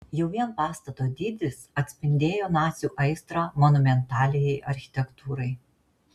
jau vien pastato dydis atspindėjo nacių aistrą monumentaliajai architektūrai